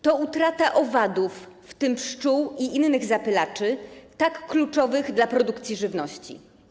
To utrata owadów, w tym pszczół i innych zapylaczy, tak kluczowych dla produkcji żywności.